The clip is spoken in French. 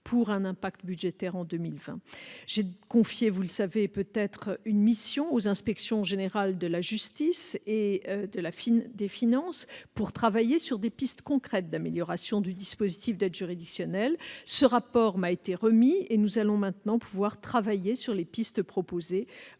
pour un effet budgétaire en 2020. J'ai confié une mission aux inspections générales de la justice et des finances pour travailler sur des pistes concrètes d'amélioration du dispositif d'aide juridictionnelle. Ce rapport m'a été remis, et nous allons maintenant pouvoir travailler sur les pistes proposées,